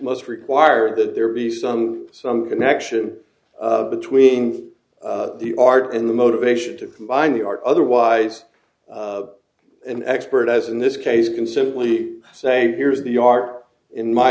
most require that there be some some connection between the art in the motivation to combine the art otherwise an expert as in this case can simply say here is the art in my